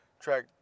track